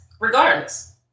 regardless